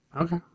Okay